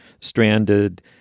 stranded